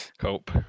Hope